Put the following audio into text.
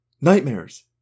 Nightmares